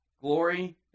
Glory